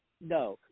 No